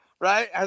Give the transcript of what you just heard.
right